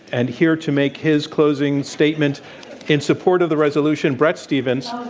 and here to make his closing statement in support of the resolution, bret stephens,